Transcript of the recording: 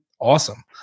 awesome